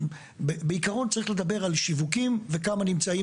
בעיקרון צריך לדבר על שיווקים וכמה נמצאים